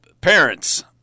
parents